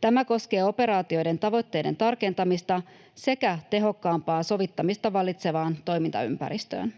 Tämä koskee operaatioiden tavoitteiden tarkentamista sekä tehokkaampaa sovittamista vallitsevaan toimintaympäristöön.